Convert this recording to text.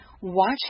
Watch